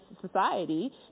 society